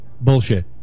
Bullshit